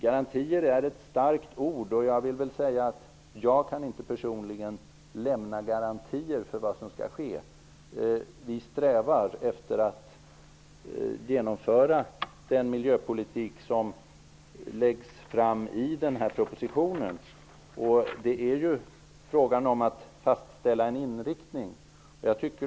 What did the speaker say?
Garantier är ett starkt ord, och jag kan personligen inte lämna några garantier för vad som skall ske. Vi strävar efter att genomföra den miljöpolitik som läggs fram i den här propositionen. Det är fråga om att fastställa en inriktning.